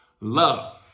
LOVE